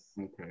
Okay